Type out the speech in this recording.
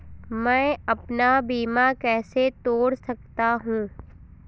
मैं अपना बीमा कैसे तोड़ सकता हूँ?